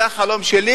זה החלום שלי,